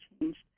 changed